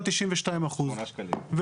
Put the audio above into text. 8 שקלים.